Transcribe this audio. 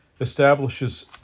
establishes